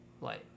light